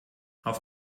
auf